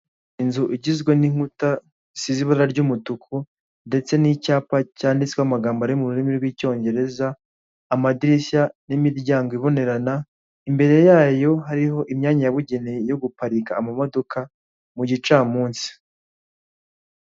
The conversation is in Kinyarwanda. Inzzu igizwe n'inkuta zisize ibara ry'umutuku ndetse n'icyapa cyanditseho amagambo ari mu rurimi rw'icyongereza amadirishya n'imiryango ibonerana, imbere yayo hariho imyanya yabugenewe yo guparika amamodoka mu gicamunsi.